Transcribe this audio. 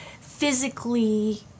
physically